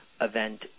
event